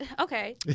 Okay